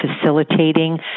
facilitating